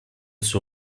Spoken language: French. sur